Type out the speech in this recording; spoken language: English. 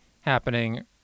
happening